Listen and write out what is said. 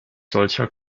solcher